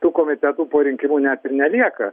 tų komitetų po rinkimų net ir nelieka